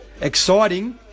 exciting